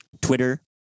Twitter